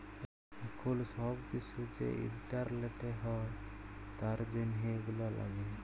এখুল সব কিসু যে ইন্টারলেটে হ্যয় তার জনহ এগুলা লাগে